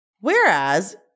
Whereas